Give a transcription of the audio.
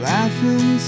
Laughing